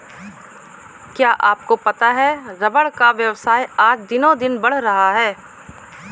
क्या आपको पता है रबर का व्यवसाय आज दिनोंदिन बढ़ रहा है?